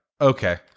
okay